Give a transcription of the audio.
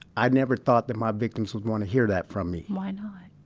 i never thought that my victims would want to hear that from me? why not?